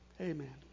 amen